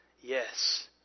Yes